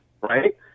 right